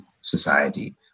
society